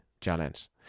challenge